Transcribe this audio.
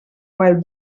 vall